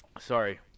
Sorry